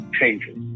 changes